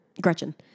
Gretchen